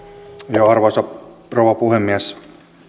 hyvä arvoisa rouva puhemies